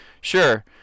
Sure